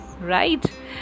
right